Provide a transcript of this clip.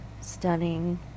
stunning